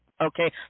okay